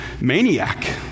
maniac